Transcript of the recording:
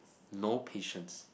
no patience